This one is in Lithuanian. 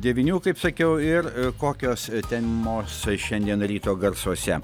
devynių kaip sakiau ir kokios temos šiandien ryto garsuose